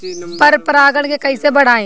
पर परा गण के कईसे बढ़ाई?